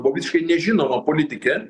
buvo visiškai nežinoma politikė